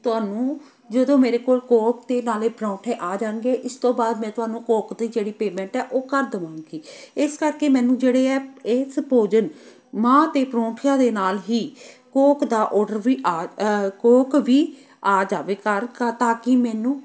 ਤੁਹਾਨੂੰ ਜਦੋਂ ਮੇਰੇ ਕੋਲ ਕੋਕ ਅਤੇ ਨਾਲੇ ਪਰੌਂਠੇ ਆ ਜਾਣਗੇ ਇਸ ਤੋਂ ਬਾਅਦ ਮੈਂ ਤੁਹਾਨੂੰ ਕੋਕ ਦੀ ਜਿਹੜੀ ਪੇਮੈਂਟ ਹੈ ਉਹ ਕਰ ਦੇਵਾਂਗੀ ਇਸ ਕਰਕੇ ਮੈਨੂੰ ਜਿਹੜੇ ਹੈ ਇਸ ਭੋਜਨ ਮਾਂਹ ਅਤੇ ਪਰੌਂਠਿਆਂ ਦੇ ਨਾਲ ਹੀ ਕੋਕ ਦਾ ਓਰਡਰ ਵੀ ਆ ਕੋਕ ਵੀ ਆ ਜਾਵੇ ਘਰ ਘ ਤਾਂ ਕਿ ਮੈਨੂੰ